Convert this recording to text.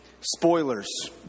spoilers